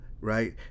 Right